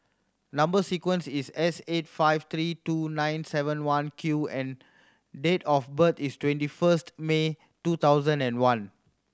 number sequence is S eight five three two nine seven one Q and date of birth is twenty first May two thousand and one